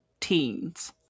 teens